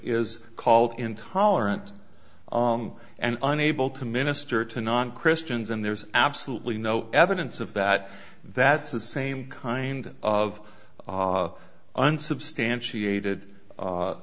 is called intolerant and unable to minister to non christians and there's absolutely no evidence of that that's the same kind of unsubstantiated